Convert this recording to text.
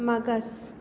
मागास